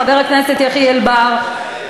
חבר הכנסת יחיאל בר,